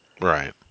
right